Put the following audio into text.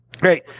Great